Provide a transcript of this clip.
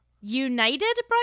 United